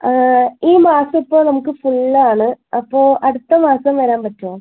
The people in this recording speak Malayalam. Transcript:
ഈ മാസത്തെ നമുക്ക് ഫുൾ ആണ് അപ്പോൾ അടുത്ത മാസം വരാൻ പറ്റുമോ